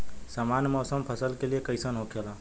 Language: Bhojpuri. सामान्य मौसम फसल के लिए कईसन होखेला?